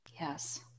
Yes